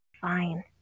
Fine